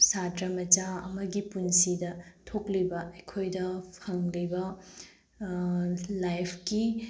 ꯁꯥꯇ꯭ꯔ ꯃꯆꯥ ꯑꯃꯒꯤ ꯄꯨꯟꯁꯤꯗ ꯊꯣꯛꯂꯤꯕ ꯑꯩꯈꯣꯏꯗ ꯐꯪꯂꯤꯕ ꯂꯥꯏꯐꯀꯤ